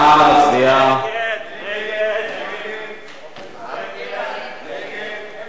הגדרת הפליה על רקע נטייה מינית או